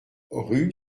rue